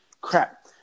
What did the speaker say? Crap